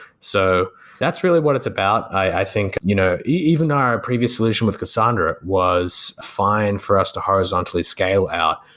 so that's really what it's about. i think you know even though our previous solution with cassandra was fine for us to horizontally scale out,